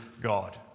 God